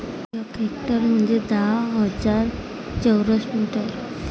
एक हेक्टर म्हंजे दहा हजार चौरस मीटर